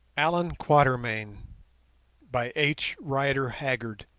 allan quatermain by h. rider haggard